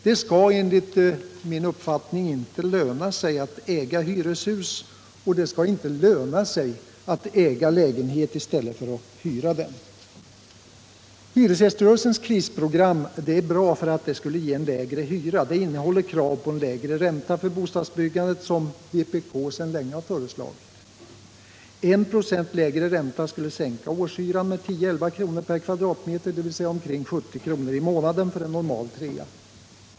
Det skall enligt min uppfattning inte löna sig att äga hyreshus, och det skall inte löna sig att äga lägenhet i stället för att hyra den. Hyresgäströrelsens krisprogram är bra därför att det skulle ge en lägre hyra. Det innehåller krav på lägre ränta för bostadsbyggandet som vpk sedan länge har föreslagit. 1 26 lägre ränta skulle sänka årshyran med 10-11 kr. per kvadratmeter, dvs. omkring 70 kr. i månaden för en normal trea.